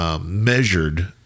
measured